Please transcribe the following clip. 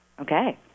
Okay